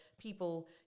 people